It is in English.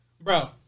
Bro